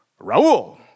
Raul